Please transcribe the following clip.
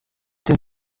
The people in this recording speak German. dem